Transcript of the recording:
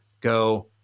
go